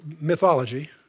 mythology